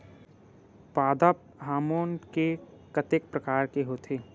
पादप हामोन के कतेक प्रकार के होथे?